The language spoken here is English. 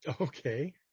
Okay